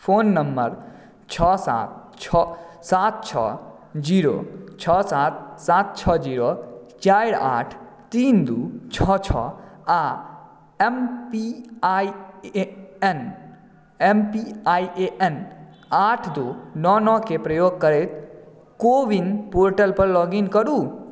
phone number छओ सात छओ सात छओ जीरो छओ सात सात छओ जीरो चारि आठ तीन दू छओ छओ आ एम पी आइ एन आठ दू नओ नओ के प्रयोग करैत कोविन पोर्टल पर लॉग इन करू